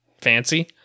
fancy